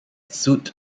suit